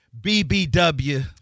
BBW